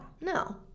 No